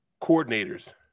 coordinators